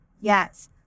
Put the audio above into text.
Yes